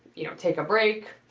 you know take a break.